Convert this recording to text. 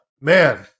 Man